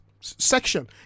section